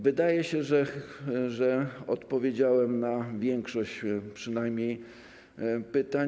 Wydaje się, że odpowiedziałem na większość przynajmniej pytań.